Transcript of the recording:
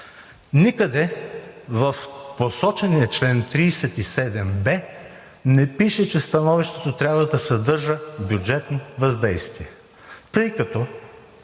Никъде в посочения чл. 37б не пише, че становището трябва да съдържа бюджетни въздействия, тъй като